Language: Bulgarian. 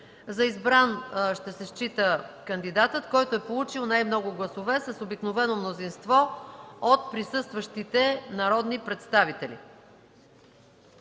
За избран ще се счита кандидатът, който е получил най-много гласове с обикновено мнозинство от присъстващите народни представители.